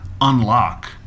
unlock